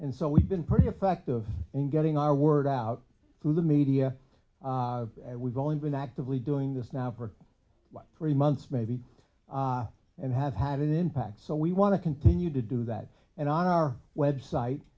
and so we've been pretty effective in getting our word out through the media we've only been actively doing this now for what three months maybe and have had an impact so we want to continue to do that and on our website